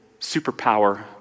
superpower